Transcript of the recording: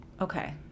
Okay